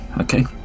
okay